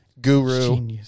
guru